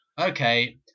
Okay